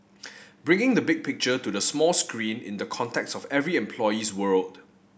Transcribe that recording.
bringing the big picture to the small screen in the context of every employee's world